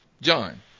John